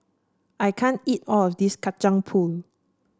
I can't eat all of this Kacang Pool